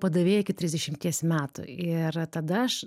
padavėja iki trisdešimties metų ir tada aš